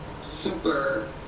super